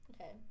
Okay